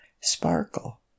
Sparkle